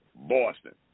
Boston